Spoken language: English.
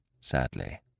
sadly